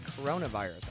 coronavirus